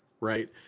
right